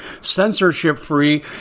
censorship-free